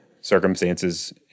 circumstances